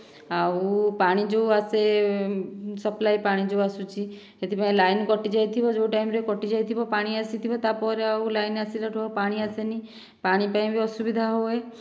ଆଉ ପାଣି ଯେଉଁ ଆସେ ସପ୍ଲାଇ ପାଣି ଯେଉଁ ଆସୁଛି ସେଥିପାଇଁ ଲାଇନ୍ କଟିଯାଇଥିବ ଯେଉଁ ଟାଇମ୍ରେ କଟିଯାଇଥିବ ପାଣି ଆସିଥିବ ତାପରେ ଆଉ ଲାଇନ୍ ଆସିଲାଠୁ ଆଉ ପାଣି ଆସେନି ପାଣି ପାଇଁ ବି ଅସୁବିଧା ହୁଏ